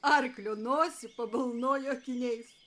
arklio nosį pabalnojo akiniais